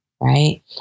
right